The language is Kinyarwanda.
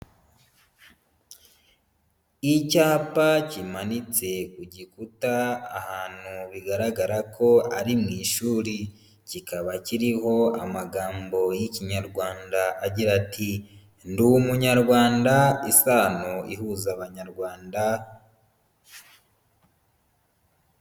Icyapa kimanitse ku gikuta, ahantu bigaragara ko ari mu ishuri, ki kaba kiriho amagambo y'ikinyarwanda agira ati: ndi umunyarwanda, isano ihuza abanyarwanda.